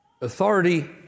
authority